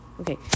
Okay